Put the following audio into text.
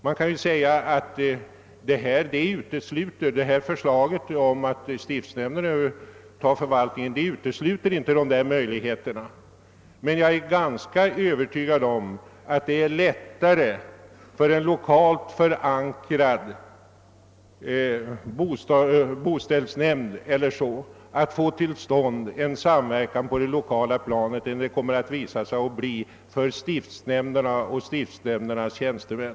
Man kan säga att förslaget att stiftsnämnderna skall överta förvaltningen inte utesluter dessa möjligheter, men jag är ganska övertygad om att det är lättare för t.ex. en lokalt förankrad boställsnämnd att få till stånd samverkan på det lokala planet än det kommer att bli för stitfsnämnderna och deras tjänstemän.